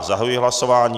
Zahajuji hlasování.